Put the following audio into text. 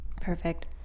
Perfect